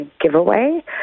giveaway